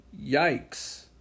Yikes